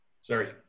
Sorry